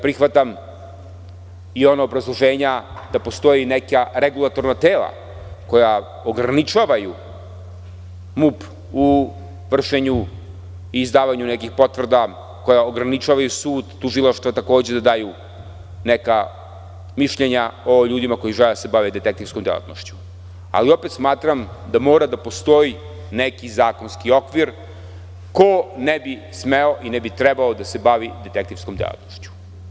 Prihvatam i ona obrazloženja da postoje neka regulatorna tela koja ograničavaju MUP u vršenju i zdavanju nekih potvrda koje ograničavaju sud i tužilaštva takođe da daju neka mišljenja o ljudima koji žele da se bave detektivskom delatnošću, ali opet smatram da mora da postoji neki zakonski okvir ko ne bi smeo i ne trebalo da se bavi detektivskom delatnošću.